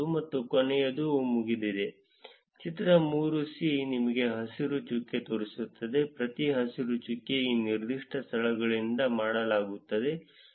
ಮತ್ತು ಕೊನೆಯದು ಮುಗಿದಿದೆ ಚಿತ್ರ 3 ನಿಮಗೆ ಹಸಿರು ಚುಕ್ಕೆ ತೋರಿಸುತ್ತದೆ ಪ್ರತಿ ಹಸಿರು ಚುಕ್ಕೆ ಆ ನಿರ್ದಿಷ್ಟ ಸ್ಥಳಗಳಿಂದ ಮಾಡಲಾಗುತ್ತದೆ